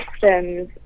systems